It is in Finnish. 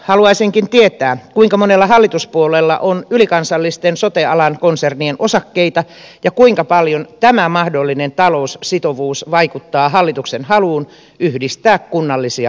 haluaisinkin tietää kuinka monella hallituspuolueella on ylikansallisten sote alan konsernien osakkeita ja kuinka paljon tämä mahdollinen taloussitovuus vaikuttaa hallituksen haluun yhdistää kunnallisia palveluita